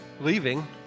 leaving